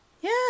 Yeah